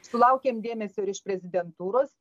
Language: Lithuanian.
sulaukėm dėmesio iš prezidentūros